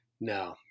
No